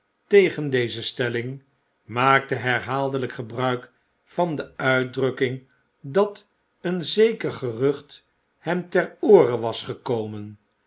tegen deze stelling maakte herhaaldely k gebruik van de uitdrukking dat een zeker gerucht hem ter oore was gekomen